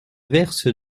verse